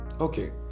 okay